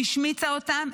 שהשמיצה אותם,